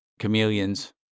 chameleons